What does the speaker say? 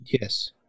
Yes